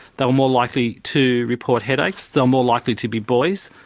they were more likely to report headaches, they were more likely to be boys,